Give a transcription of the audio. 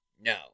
no